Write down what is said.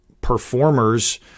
performers